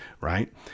right